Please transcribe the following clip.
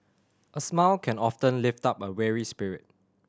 a smile can often lift up a weary spirit